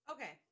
Okay